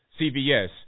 CVS